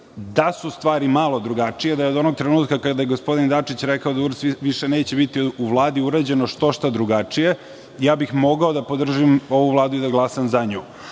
Da su stvari malo drugačije, da je od onog trenutka kada je gospodin Dačić rekao da URS više neće biti u Vladi urađeno što – šta drugačije, mogao bih da podržim ovu Vladu i da glasam za nju,